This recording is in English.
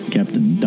Captain